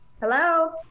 hello